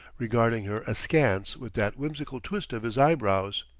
regarding her askance with that whimsical twist of his eyebrows.